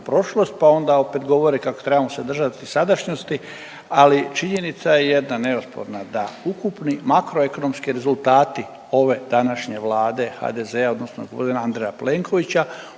prošlost pa onda opet govore kako trebamo se držati sadašnjosti, ali činjenica je jedna neosporna da ukupni makroekonomski rezultati ove današnje vlade HDZ-a, odnosno Andreja Plenkovića